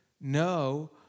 No